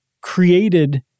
created